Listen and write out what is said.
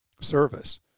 Service